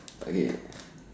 okay